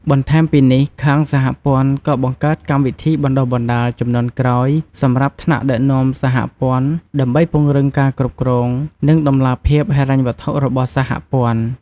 បន្ថែមពីនេះ ខាងសហព័ន្ធក៏បង្កើតកម្មវិធីបណ្ដុះបណ្ដាលជំនាន់ក្រោយសម្រាប់ថ្នាក់ដឹកនាំសហព័ន្ធ ដើម្បីពង្រឹងការគ្រប់គ្រង និងតម្លាភាពហិរញ្ញវត្ថុរបស់សហព័ន្ធ។។